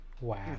Wow